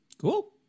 cool